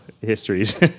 histories